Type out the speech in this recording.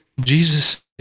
Jesus